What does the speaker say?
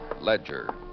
ledger